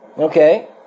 Okay